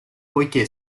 poiché